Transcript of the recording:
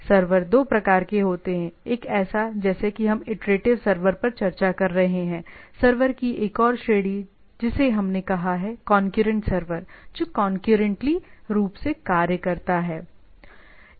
server दो प्रकार के होते हैंएक है जैसा कि हम इटरेटिव सर्वर पर चर्चा कर रहे हैं सर्वर की एक और श्रेणी जिसे हमने कहा है कौनक्यूरेंट सर्वर जो कौनक्यूरेंटली रूप से कार्य करता है